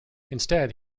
instead